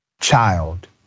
child